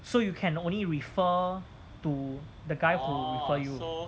so you can only refer to the guy who refer you